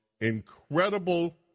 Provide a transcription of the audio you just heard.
incredible